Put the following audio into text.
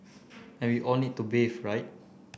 and we all need to bathe right